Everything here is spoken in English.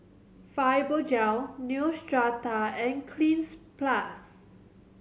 Fibogel Neostrata and Cleanz Plus